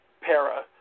para